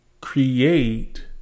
create